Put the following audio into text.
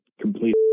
complete